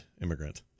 immigrant